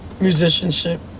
musicianship